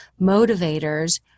motivators